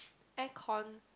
aircon